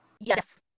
Yes